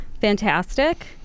Fantastic